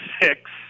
six